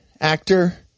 actor